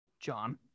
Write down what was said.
john